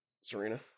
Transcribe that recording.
Serena